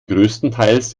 größtenteils